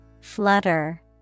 Flutter